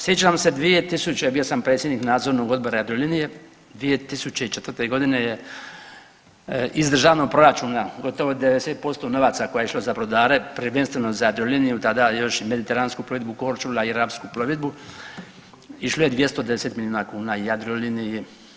Sjećam se 2000. bio sam predsjednik Nadzornog odbora Jadrolinije, 2004. godine je iz državnog proračuna gotovo 90% novaca koje je išlo za brodare prvenstveno za Jadroliniju tada još i Mediteransku plovidbu Korčula i Rapsku plovidbu išlo je 210 milijuna kuna Jadroliniji.